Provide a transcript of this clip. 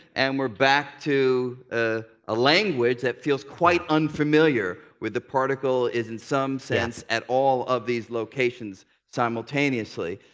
and we're back to a ah language that feels quite unfamiliar with the particle, is in some sense, at all of these locations simultaneously.